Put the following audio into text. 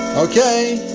ok.